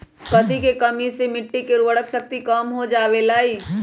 कथी के कमी से मिट्टी के उर्वरक शक्ति कम हो जावेलाई?